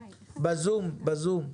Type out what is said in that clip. בזום, בבקשה.